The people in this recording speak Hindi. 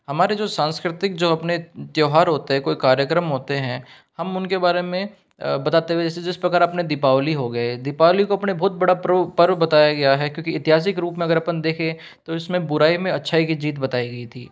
हमारे जो सांस्कृतिक जो अपने त्यौहार होते हैं कोई कार्यक्रम होते हैं हम उनके बारे में बताते हुए ऐसे जिस प्रकार अपने दीपावली हो गए दीपावली को अपने बहुत बड़ा पर्व बताया गया है क्योंकि ऐतिहासिक रूप में अगर अपन देखें तो इसमें बुराई में अच्छाई की जीत बताई गयी थी